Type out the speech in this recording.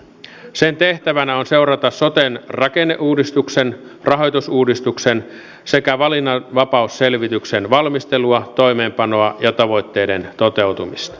sen tehtävänä on seurata soten rakenneuudistuksen rahoitusuudistuksen sekä valinnanvapausselvityksen valmistelua toimeenpanoa ja tavoitteiden toteutumista